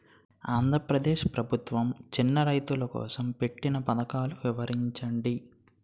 ఆంధ్రప్రదేశ్ ప్రభుత్వ చిన్నా రైతుల కోసం పెట్టిన పథకాలు వివరించండి?